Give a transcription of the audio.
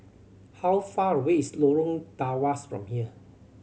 how far away is Lorong Tawas from here